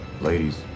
Ladies